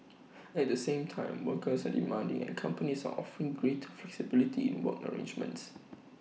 at the same time workers are demanding and companies are offering greater flexibility in work arrangements